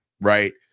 right